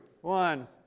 one